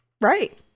Right